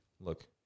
Look